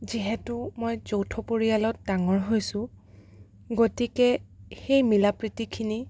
যিহেতু মই যৌথ পৰিয়ালত ডাঙৰ হৈছো গতিকে সেই মিলা প্ৰীতিখিনি